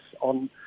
on